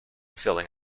filling